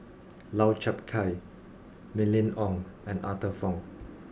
Lau Chiap Khai Mylene Ong and Arthur Fong